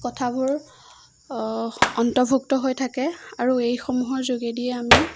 কথাবোৰ অন্তৰ্ভুক্ত হৈ থাকে আৰু এইসমূহৰ যোগেদিয়ে আমি